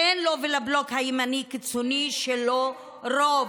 אין לו ולבלוק הימני הקיצוני שלו רוב,